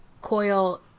Coil